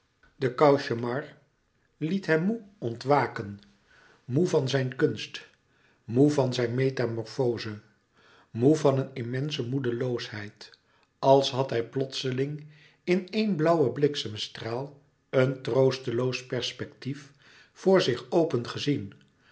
de cauchemar liet hem moê ontwaken moê van zijn kunst moê van zijn metamorfoze moê van een immense moedeloosheid als had hij plotseling in één blauwen bliksemstraal een troosteloos perlouis couperus metamorfoze spectief voor zich open gezien